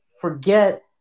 forget